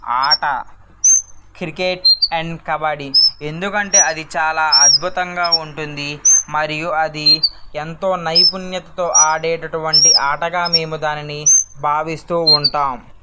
ఆట cricket and kabaddi ఎందుకంటే అది చాలా అద్భుతంగా ఉంటుంది మరియు అది ఎంతో నైపుణ్యతతో ఆడేటటువంటి ఆటగా మేము దానిని భావిస్తూ ఉంటాం